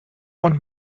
want